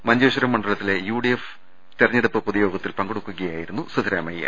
മഞ്ചേ ശ്വരം മണ്ഡലത്തിലെ യുഡിഎഫ് സ്ഥാനാർത്ഥിയുടെ തെരഞ്ഞെടുപ്പ് പൊതുയോഗത്തിൽ പങ്കെടുക്കുകയായിരുന്നു സിദ്ധരാമയ്യ